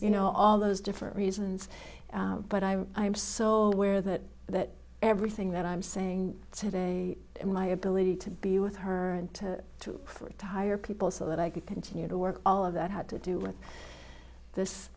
you know all those different reasons but i am so where that that everything that i'm saying today in my ability to be with her and to for to hire people so that i could continue to work all of that had to do with this